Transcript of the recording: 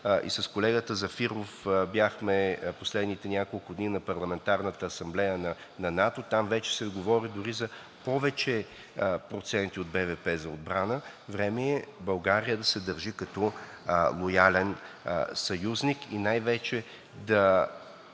и с колегата Зафиров бяхме в последните няколко дни на Парламентарната асамблея на НАТО. Там вече се говори дори за повече проценти от брутния вътрешен продукт за отбрана. Време е България да се държи като лоялен съюзник и най вече да